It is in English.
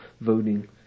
voting